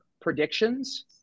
predictions